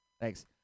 Thanks